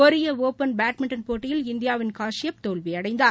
Korea Open badminton போட்டியில் இந்தியாவின் காஸியப் தோல்வியடைந்தார்